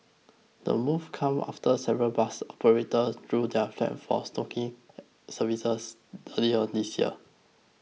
the move comes after several bus operators drew their flak for shoddy services earlier this year